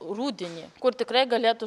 rudenį kur tikrai galėtų